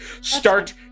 start